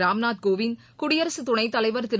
ராம்நாத் கோவிந்த் குடியரசு துணைத்தலைவர் திரு